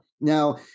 Now